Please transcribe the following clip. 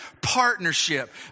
partnership